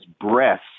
breath